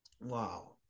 Wow